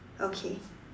okay